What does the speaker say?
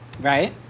Right